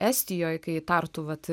estijoj kai tartu vat